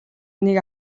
үнийг